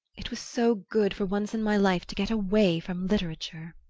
it was so good, for once in my life, to get away from literature.